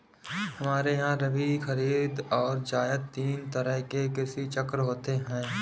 हमारे यहां रबी, खरीद और जायद तीन तरह के कृषि चक्र होते हैं